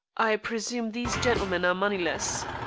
i presume these gentlemen are moneyless.